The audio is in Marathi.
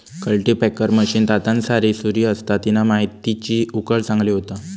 कल्टीपॅकर मशीन दातांसारी सुरी असता तिना मातीची उकळ चांगली होता